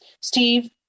Steve